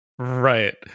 Right